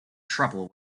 trouble